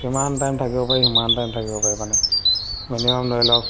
যিমান টাইম থাকিব পাৰি সিমান টাইম থাকিব পাৰি মানে মিনিমাম ধৰি লওক